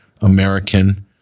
American